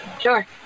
Sure